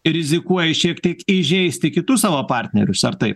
rizikuoji šiek tiek įžeisti kitus savo partnerius ar taip